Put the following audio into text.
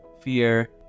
fear